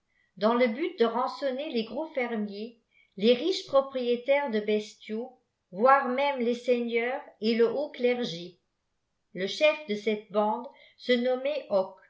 dans le but de rançonner les gros fermiers les riches propriétaires de bestiaux voire même les seigneurs et le haut dergé le chef de cette bande se nommait